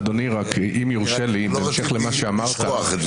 אדוני, רק אם יורשה לי בהמשך למה שאמרת.